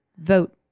vote